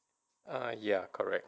ya correct